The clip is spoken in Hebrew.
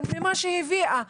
מה עם סטודנטים?